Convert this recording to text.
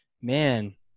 man